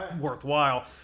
worthwhile